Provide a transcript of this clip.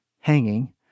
hanging